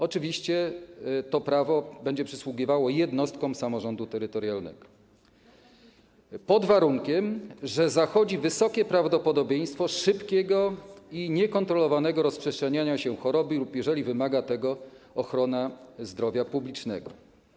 Oczywiście to prawo będzie przysługiwało jednostkom samorządu terytorialnego pod warunkiem, że zachodzi wysokie prawdopodobieństwo szybkiego i niekontrolowanego rozprzestrzeniania się choroby lub wymaga tego ochrona zdrowia publicznego.